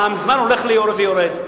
והזמן הולך ויורד.